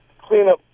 cleanup